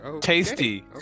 tasty